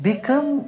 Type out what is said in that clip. Become